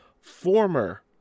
former